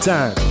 Time